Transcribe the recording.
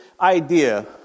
idea